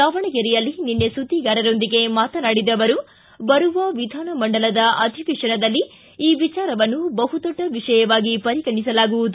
ದಾವಣಗೆರೆಯಲ್ಲಿ ನಿನ್ನೆ ಸುಧ್ಗಿಗಾರರೊಂದಿಗೆ ಮಾತನಾಡಿದ ಅವರು ಬರುವ ವಿಧಾನಮಂಡಲದ ಅಧಿವೇಶನದಲ್ಲಿ ಈ ವಿಚಾರವನ್ನು ಬಹುದೊಡ್ಡ ವಿಷಯವಾಗಿ ಪರಿಗಣಿಸಲಾಗುವುದು